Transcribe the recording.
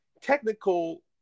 technical